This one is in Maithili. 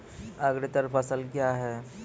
अग्रतर फसल क्या हैं?